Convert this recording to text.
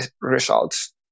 results